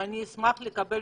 אשמח לקבל